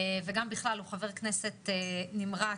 וגם בכלל, הוא חבר כנסת נמרץ,